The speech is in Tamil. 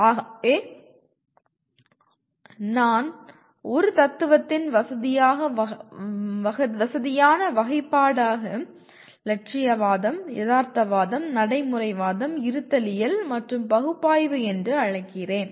ஆகவே நான் ஒரு தத்துவத்தின் வசதியான வகைப்பாடாக இலட்சியவாதம் யதார்த்தவாதம் நடைமுறைவாதம் இருத்தலியல் மற்றும் பகுப்பாய்வு என்று அழைக்கிறேன்